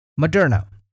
Moderna